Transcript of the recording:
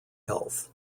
health